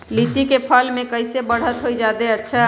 लिचि क फल म कईसे बढ़त होई जादे अच्छा?